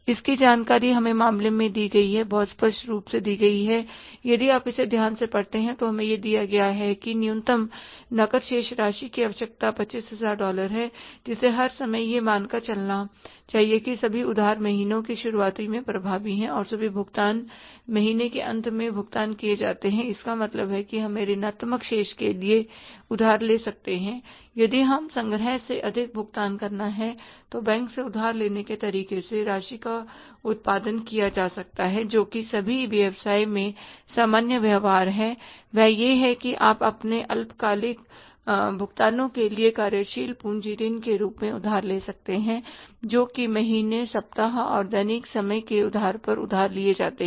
इसकी जानकारी हमें मामले में दी गई बहुत स्पष्ट रूप से दी गई है यदि आप इसे ध्यान से पढ़ते हैं तो हमें यह दिया गया है कि न्यूनतम नकद शेष राशि की आवश्यकता 25000 डॉलर है जिसे हर समय यह मानकर चलना चाहिए कि सभी उधार महीने की शुरुआत में प्रभावी हैं और सभी भुगतान के महीने के अंत में भुगतान किए जाते हैं इसका मतलब है कि हम ऋणात्मक शेष के लिए उधार ले सकते हैं यदि हमें संग्रह से अधिक भुगतान करना है तो बैंक से उधार लेने के तरीके से राशि का उत्पादन किया जा सकता है जोकि सभी व्यवसाय में सामान्य व्यवहार है वह यह है कि आप अपने अल्पकालिक भुगतानों के लिए कार्यशील पूंजी ऋण के रूप में उधार ले सकते हैं जो कि महीने सप्ताह और दैनिक समय के आधार पर उधार लिए जाते हैं